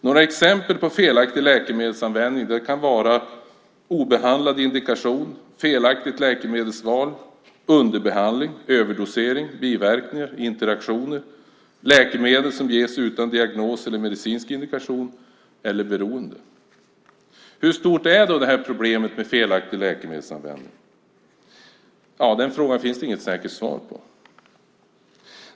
Några exempel på felaktig läkemedelsanvändning kan vara obehandlad indikation, felaktigt läkemedelsval under behandling, överdosering, biverkningar, interaktioner, läkemedel utan diagnos eller medicinsk indikation eller beroende. Hur stort är då problemet med felaktig läkemedelsbehandling? Den frågan finns det inget säkert svar på.